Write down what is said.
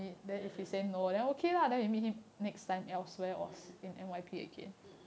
mm mm mm mm